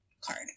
card